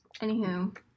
Anywho